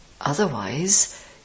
otherwise